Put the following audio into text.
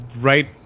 right